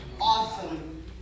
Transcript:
Awesome